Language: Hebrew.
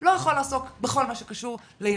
לא יכול לעסוק בכל מה שקשור לילדים.